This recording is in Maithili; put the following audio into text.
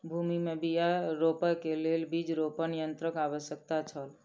भूमि में बीया रोपअ के लेल बीज रोपण यन्त्रक आवश्यकता छल